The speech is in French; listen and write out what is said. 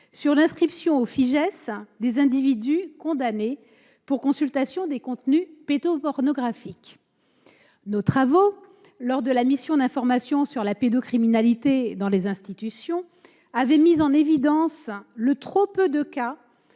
sur l'inscription au Fijais des individus condamnés pour consultation de contenus pornographiques. Nos travaux réalisés dans le cadre de la mission d'information sur la pédocriminalité dans les institutions avaient mis en évidence l'importance